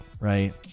right